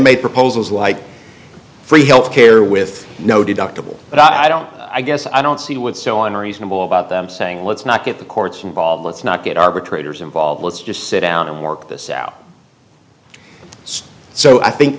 made proposals like free health care with no deductible but i don't i guess i don't see what's so unreasonable about them saying let's not get the courts involved let's not get arbitrators involved let's just sit down and work this out so i